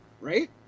Right